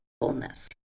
fullness